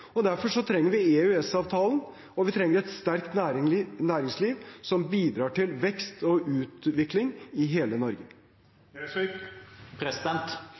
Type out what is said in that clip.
Og derfor trenger vi EØS-avtalen. Og vi trenger et sterkt næringsliv som bidrar til vekst og utvikling i hele